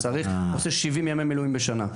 עושה 70 ימי מילואים בשנה.